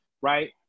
right